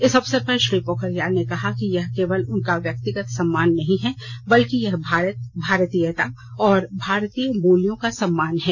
इस अवसर पर श्री पोखरियाल ने कहा कि यह केवल उनका व्यक्तिगत सम्मान नहीं है बल्कि यह भारत भारतीयता और भारतीय मूल्यों का सम्मान है